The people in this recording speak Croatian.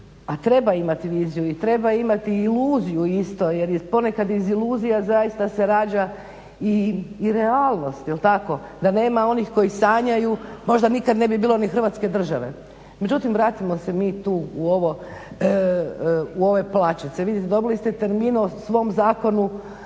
a treba imati viziju i treba imati iluziju isto jer je ponekad iz iluzija zaista se rađa i realnost jel tako? da nema onih koji sanjaju možda nikad ne bi bilo ni hrvatske države. Međutim, vratimo se mi tu u ove plaćice, vidite dobili ste termin o svom zakonu,